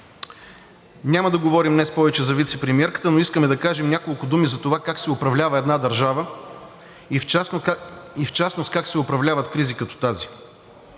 Няма да говорим днес повече за вицепремиерката, но искаме да кажем няколко думи за това как се управлява една държава и в частност как се управляват кризи като тази.